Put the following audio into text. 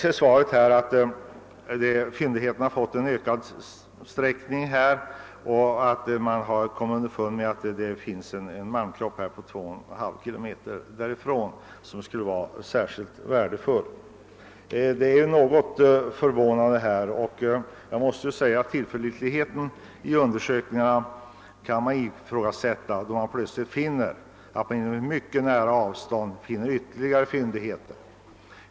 I svaret sägs att det vid undersökningar har framkommit att malmkroppen fortsätter mer än 2,5 km söder om den del av malmen som ingått i beräkningarna. Den uppgiften är något förvånande, och tillförlitligheten i undersökningarna kan ifrågasättas när man plötsligt på nära håll finner ytterligare fyndigheter.